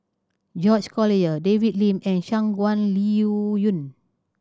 George Collyer David Lim and Shangguan Liuyun